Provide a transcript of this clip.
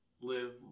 live